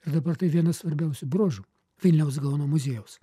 ir dabar tai vienas svarbiausių bruožų vilniaus gaono muziejaus